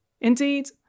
Indeed